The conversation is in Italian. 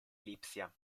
lipsia